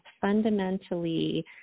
fundamentally